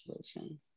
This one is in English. situation